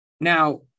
Now